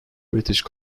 british